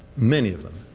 many of them,